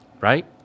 right